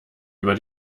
über